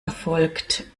erfolgt